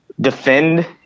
defend